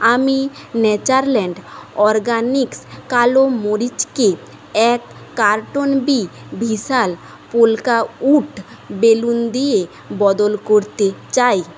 আমি Natureland Organics কালো মরিচকে এক carton B Vishal polka wood balloon দিয়ে বদল করতে চাই